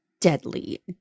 deadly